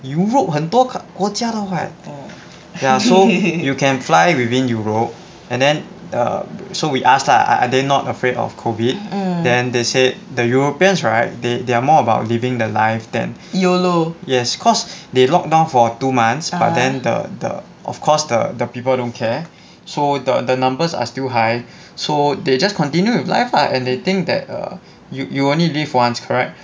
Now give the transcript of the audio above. europe 很多国家的 [what] ya so you can fly within europe and then err so we asked ah are they not afraid of COVID then they said the europeans right they they are more about living the life then yes cause they locked down for two months but then the the of course the people don't care so the the numbers are still high so they just continue with life lah and they think that uh you you only live once correct